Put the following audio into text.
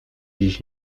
dziś